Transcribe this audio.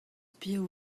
piv